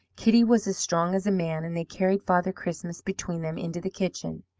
kitty was as strong as a man and they carried father christmas between them into the kitchen.